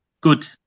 good